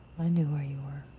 i knew where you